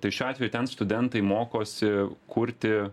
tai šiuo atveju ten studentai mokosi kurti